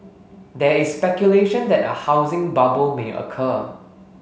there is speculation that a housing bubble may occur